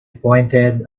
pointed